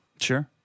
Sure